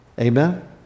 Amen